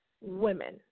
women